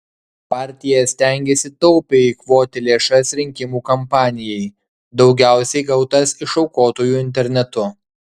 partija stengėsi taupiai eikvoti lėšas rinkimų kampanijai daugiausiai gautas iš aukotojų internetu